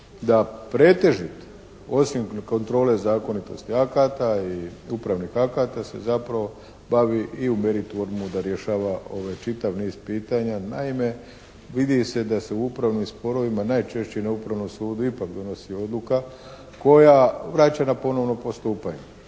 da pretežit osim kontrole zakonitosti akata i upravnih akata se zapravo bavi i u meritumu da rješava ovaj čitav niz pitanja. Naime, vidi se da se u upravnim sporovima najčešće na upravnom sudu ipak donosi odluka koja vraća na ponovno postupanje.